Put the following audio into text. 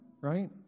right